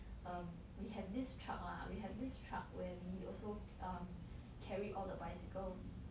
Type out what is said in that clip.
um we have this truck lah we have this truck where we also um carry all the bicycles